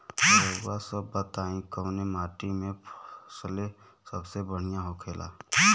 रउआ सभ बताई कवने माटी में फसले सबसे बढ़ियां होखेला?